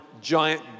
giant